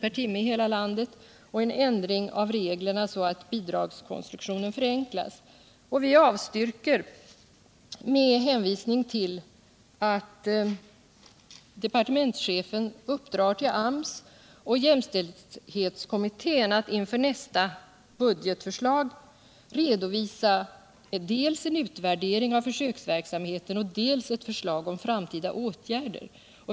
per timme i hela landet och en ändring av reglerna, så att bidragskonstruktionen förenklas. Vi avstyrker med hänvisning till att departementschefen uppdrar åt AMS och jämställdhetskommittén att inför nästa budgetförslag redovisa dels en utvärdering av försöksverksamheten, dels ett förslag till framtida åtgärder.